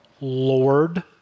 Lord